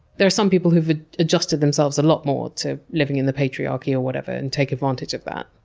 there are some people who've adjusted themselves a lot more to living in the patriarchy or whatever and take advantage of that.